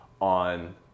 on